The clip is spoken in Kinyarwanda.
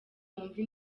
wumve